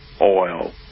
oil